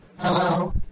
Hello